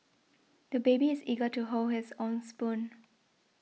the baby is eager to hold his own spoon